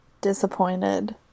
disappointed